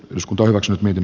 osku torrokset miten